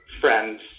friends